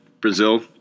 Brazil